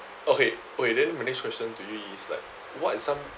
okay okay then my next question to you is like what is some